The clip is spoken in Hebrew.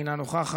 אינה נוכחת,